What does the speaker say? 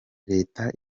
leta